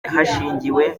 hashingiwe